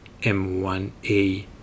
M1A